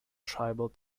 tribal